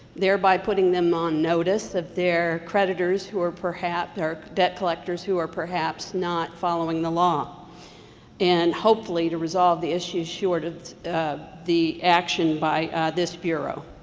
thereby putting them on notice of their creditors who are perhaps or debt collectors who are perhaps not following the law and hopefully to resolve the issue short of the action by this bureau.